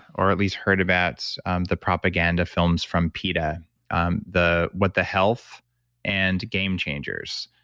or at least heard about the propaganda films from peta um the what the health and game changers.